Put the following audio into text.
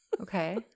Okay